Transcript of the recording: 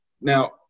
Now